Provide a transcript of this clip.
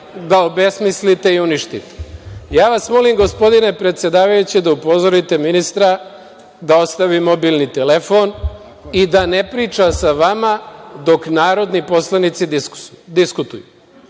da obesmislite i uništite. Molim vas, gospodine predsedavajući, da upozorite ministra da ostavi mobilni telefon i da ne priča sa vama dok narodni poslanici diskutuju.